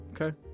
Okay